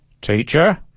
Teacher